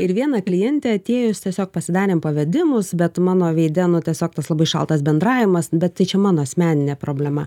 ir viena klientė atėjus tiesiog pasidarėm pavedimus bet mano veide nu tiesiog tas labai šaltas bendravimas nu bet tai čia mano asmeninė problema